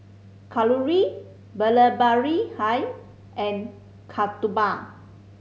Kalluri Vallabhbhai and Kasturba